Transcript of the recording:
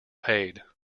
paid